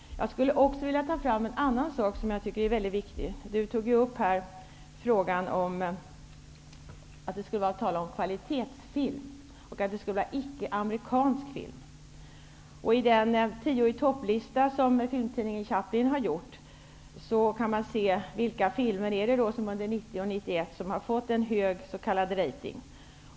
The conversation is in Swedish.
Jag vill också peka på en annan sak som jag tycker är mycket viktig. Monica Widnemark tog upp frågan om kvalitetsfilm och talade för icke amerikansk film. På den tio i topp-lista som filmtidningen Chaplin har gjort upp kan man se vilka filmer som under 1990 och 1991 har fått hög s.k. ranking.